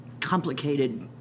complicated